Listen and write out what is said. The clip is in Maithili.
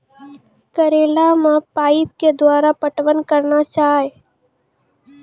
करेला मे पाइप के द्वारा पटवन करना जाए?